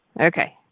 Okay